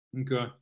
Okay